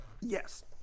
Yes